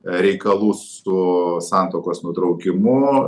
reikalų su santuokos nutraukimu